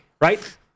right